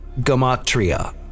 gamatria